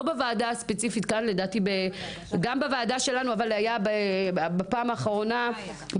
לא בוועדה הספציפית כאן אבל בפעם האחרונה זה היה בוועדת חוק,